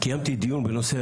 קיימתי דיון בנושא